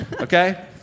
okay